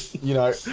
you know,